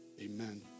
Amen